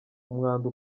umwanda